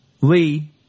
Lee